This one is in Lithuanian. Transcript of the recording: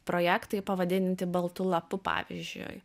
projektai pavadinti baltu lapu pavyzdžiui